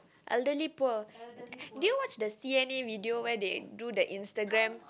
elderly poor did you watch the C_N_A video where they do the Instagram